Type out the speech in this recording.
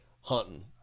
hunting